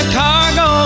cargo